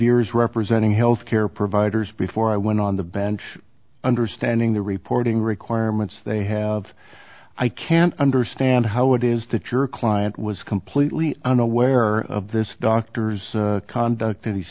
years representing health care providers before i went on the bench understanding the reporting requirements they have i can't understand how it is that your client was completely unaware of this doctor's conduct that he's